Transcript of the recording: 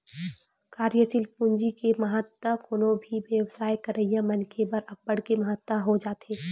कार्यसील पूंजी के महत्तम कोनो भी बेवसाय करइया मनखे बर अब्बड़ के महत्ता हो जाथे